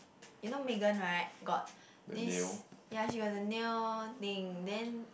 you know Meghan right got this ya she got the nail thing then